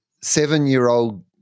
seven-year-old